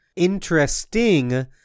interesting